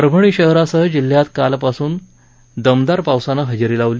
परभणी शहरासह जिल्ह्यात काल रात्रीपासून दमदार पावसानं हजेरी लावली